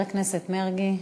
חבר הכנסת מרגי.